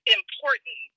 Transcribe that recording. important